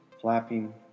flapping